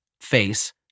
face